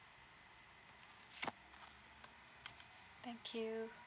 thank you